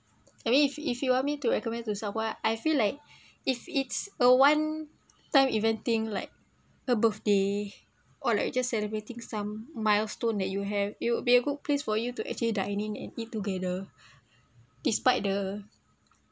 I mean if if you want me to recommend to someone I feel like if it's a one time event thing like a birthday or like just celebrating some milestone that you have it would be a good place for you to actually dining in and eat together despite the